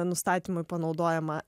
nustatymui panaudojama